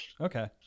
Okay